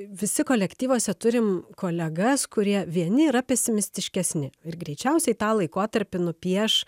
visi kolektyvuose turim kolegas kurie vieni yra pesimistiškesni ir greičiausiai tą laikotarpį nupieš